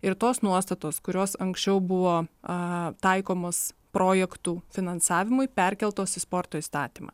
ir tos nuostatos kurios anksčiau buvo a taikomos projektų finansavimui perkeltos į sporto įstatymą